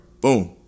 Boom